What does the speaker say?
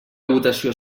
votació